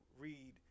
read